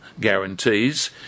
guarantees